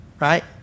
right